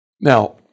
Now